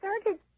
started